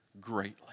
greatly